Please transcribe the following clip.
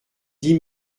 dix